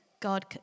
God